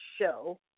show